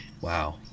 Wow